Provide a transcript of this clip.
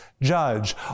judge